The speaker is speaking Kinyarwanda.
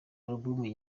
album